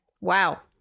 Wow